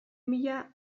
mila